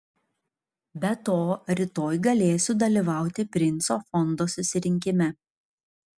be to rytoj galėsiu dalyvauti princo fondo susirinkime